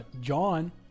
john